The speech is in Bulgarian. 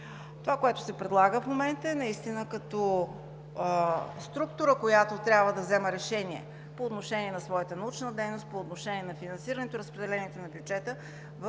Това, което се предлага в момента, е наистина като структура, която трябва да взема решения по отношение на своята научна дейност, по отношение на финансирането и разпределението на бюджета